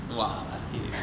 !wah! basket